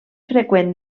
freqüent